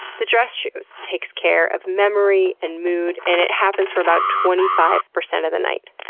the dress shoe takes care of memory and mood, and happens for about twenty five percent of the night.